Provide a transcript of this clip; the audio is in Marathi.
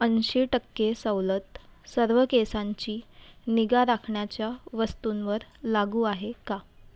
ऐंशी टक्के सवलत सर्व केसांची निगा राखण्याच्या वस्तूंवर लागू आहे का